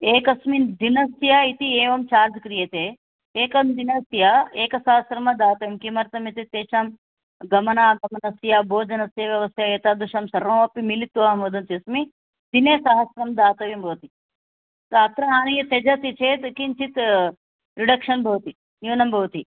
एकस्मिन् दिनस्य इति एवं चार्ज् क्रियते एकं दिनस्य एकसहस्रं दातव्यं किमर्थमित्युक्ते तेषां गमनागमनस्य भोजनस्य व्यवस्था एतादृशं सर्वमपि मिलित्वा अहं वदन्तः अस्मि दिने सहस्रं दातव्यं भवति अत्र आनय त्यजति चेत् किञ्चित् रिडक्षन् भवति न्यूनं भवति